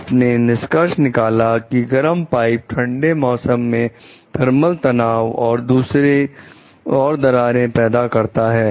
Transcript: आप ने निष्कर्ष निकाला कि गर्म पाइप ठंडे मौसम में थर्मल तनाव और दरारें पैदा करता है